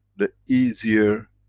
the easier,